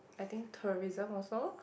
I think tourism also